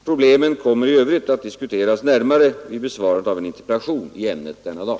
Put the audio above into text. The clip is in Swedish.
Problemen kommer i övrigt att diskuteras närmare vid besvarandet av en interpellation i ämnet denna dag.